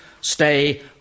stay